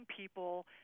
people